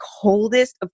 coldest